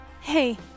hey